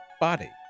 body